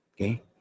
okay